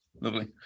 Lovely